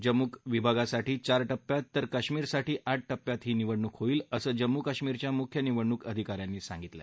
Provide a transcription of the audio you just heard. जम्मू विभागासाठी चार टप्प्यात तर कश्मीरसाठी आठ टप्प्यात ही निवडणूक होईल असं जम्मू कश्मीरच्या मुख्य निवडणूक अधिकाऱ्यांनी सांगितलं